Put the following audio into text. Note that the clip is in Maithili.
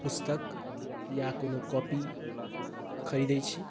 पुस्तक या कोनो कॉपी खरीदैत छी